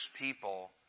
people